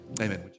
Amen